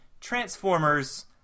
Transformers